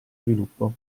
sviluppo